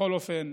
בכל אופן,